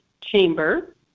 Chamber